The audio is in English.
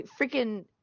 freaking